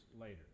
later